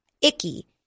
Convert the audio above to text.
icky